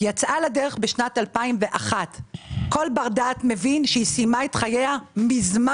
יצאה לדרך בשנת 2001. כל בר דעת מבין שהיא סיימה את חייה מזמן.